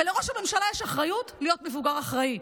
ולראש ממשלה יש אחריות להיות מבוגר אחראי.